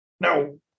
No